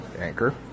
anchor